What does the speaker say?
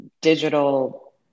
digital